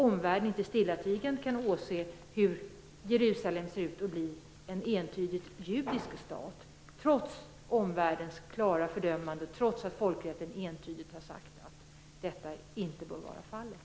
Omvärlden kan inte stillatigande åse att Jerusalem håller på att bli en helt judisk stad, trots omvärldens starka fördömanden och trots att det enligt folkrätten entydigt sägs att detta inte bör vara fallet.